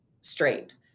straight